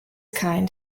kind